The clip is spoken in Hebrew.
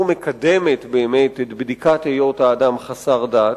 מקדמת באמת את בדיקת היות האדם חסר דת.